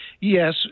Yes